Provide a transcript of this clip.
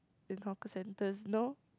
in hawker centers no